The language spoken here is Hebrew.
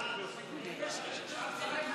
חבר הכנסת יעקב מרגי נוסף,